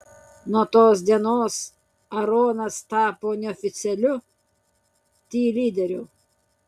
nuo tos dienos aronas tapo neoficialiu ti lyderiu